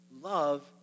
Love